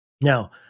Now